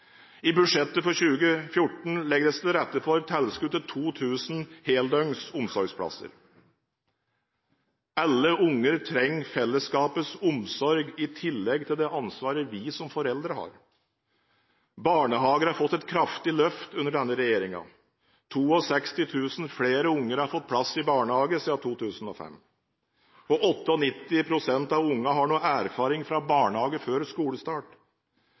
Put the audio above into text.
I budsjettet for 2014 legges det til rette for tilskudd til 2 000 heldøgns omsorgsplasser. Alle barn trenger fellesskapets omsorg i tillegg til det ansvaret vi som foreldre har. Barnehagene har fått et kraftig løft under denne regjeringen. 62 000 flere barn har fått plass i barnehage siden 2005, og 98 pst. av barna har nå erfaring fra barnehage før skolestart.